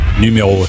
Numéro